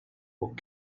what